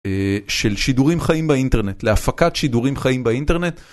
של שידורים חיים באינטרנט, להפקת שידורים חיים באינטרנט.